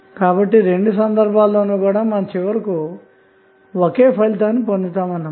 కాబట్టి రెండు సందర్భాల్లో ను చివరికు ఒకే ఫలితాన్ని పొందుతాము అన్న మాట